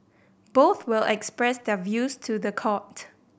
both will express their views to the court